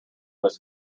this